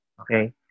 Okay